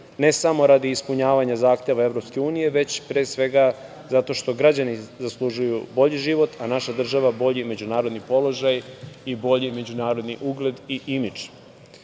ne samo radi ispunjavanja zahteva EU, već pre svega zato što građani zaslužuju bolji život, a naša država bolji međunarodni položaj i bolji međunarodni ugled i imidž. Na